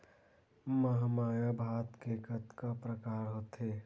महमाया भात के कतका प्रकार होथे?